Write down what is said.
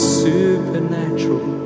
supernatural